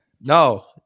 no